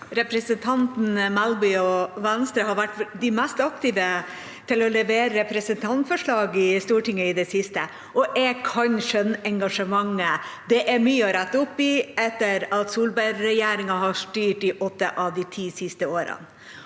Representanten Mel- by og Venstre har vært de mest aktive til å levere representantforslag i Stortinget i det siste, og jeg kan skjønne engasjementet, for det er mye å rette opp i etter at Solberg-regjeringa har styrt i åtte av de ti siste årene.